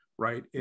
right